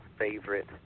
favorite